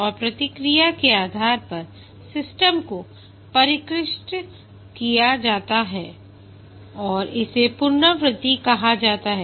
और प्रतिक्रिया के आधार पर सिस्टम को परिष्कृत किया जाता है और इसे पुनरावृत्ति कहा जाता है